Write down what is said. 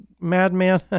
madman